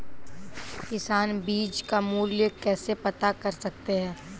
किसान बीज का मूल्य कैसे पता कर सकते हैं?